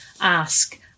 ask